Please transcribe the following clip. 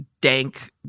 dank